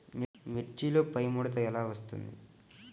మిర్చిలో పైముడత ఎలా వస్తుంది?